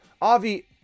Avi